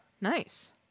nice